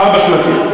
ארבע-שנתית.